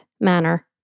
manner